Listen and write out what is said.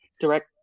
direct